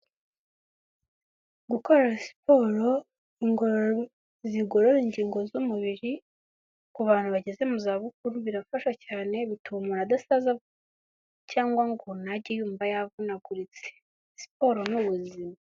Gukora siporo zigorora ingingo z'umubiri ku bantu bageze mu zabukuru birafasha cyane bituma umuntu adasaza, cyangwa ngo umuntu ajye yumva yavunaguritse. Siporo ni ubuzima.